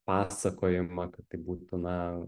pasakojimą kad tai būtų na